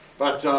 but,